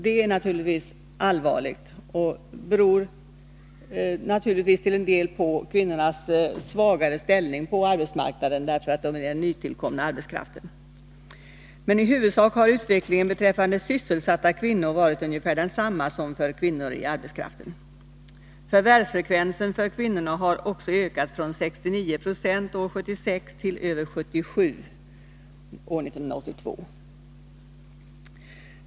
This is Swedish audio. Det är naturligtvis allvarligt och beror till stor del på kvinnornas svagare ställning på arbetsmarknaden därför att de är den nytillkomna arbetskraften. Men i huvudsak har utvecklingen beträffande antalet sysselsatta kvinnor varit densamma som för andelen kvinnor i arbetskraften. Förvärvsfrekvensen för kvinnorna har ökat från 69 96 år 1976 till över 77 90 år 1982.